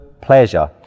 pleasure